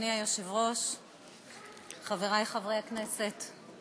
אם כן, חברים, אנחנו